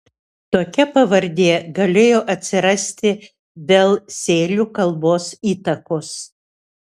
tokia pavardė galėjo atsirasti dėl sėlių kalbos įtakos